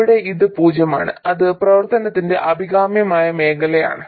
ഇവിടെ ഇത് പൂജ്യമാണ് ഇത് പ്രവർത്തനത്തിന്റെ അഭികാമ്യമായ മേഖലയാണ്